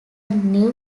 new